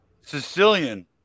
Sicilian